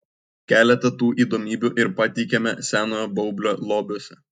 keletą tų įdomybių ir pateikiame senojo baublio lobiuose